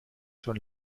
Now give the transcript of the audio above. schon